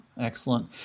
excellent